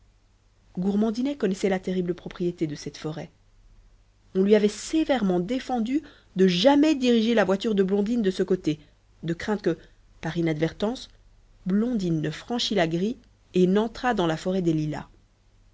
gourmandinet connaissait la terrible propriété de cette forêt on lui avait sévèrement défendu de jamais diriger la voiture de blondine de ce côté de crainte que par inadvertance blondine ne franchît la grille et n'entrât dans la forêt des lilas